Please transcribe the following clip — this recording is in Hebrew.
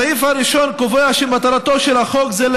הסעיף הראשון קובע שמטרתו של חוק זה הוא